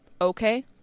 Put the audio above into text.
okay